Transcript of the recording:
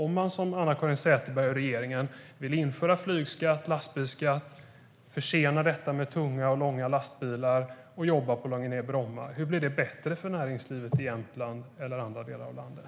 Om man som Anna-Caren Sätherberg och regeringen vill införa flygskatt och lastbilsskatt, försena detta med tunga och långa lastbilar samt jobba på att lägga ned Bromma - hur blir det bättre för näringslivet i Jämtland eller i andra delar av landet?